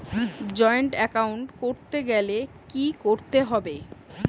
Joint account করতে গেলে কি করতে হবে?